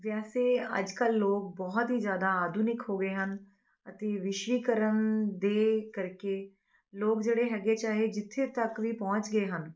ਵੈਸੇ ਅੱਜ ਕੱਲ੍ਹ ਲੋਕ ਬਹੁਤ ਹੀ ਜ਼ਿਆਦਾ ਆਧੁਨਿਕ ਹੋ ਗਏ ਹਨ ਅਤੇ ਵਿਸ਼ਵੀਕਰਨ ਦੇ ਕਰਕੇ ਲੋਕ ਜਿਹੜੇ ਹੈਗੇ ਚਾਹੇ ਜਿੱਥੇ ਤੱਕ ਵੀ ਪਹੁੰਚ ਗਏ ਹਨ